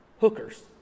Hookers